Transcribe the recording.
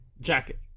jacket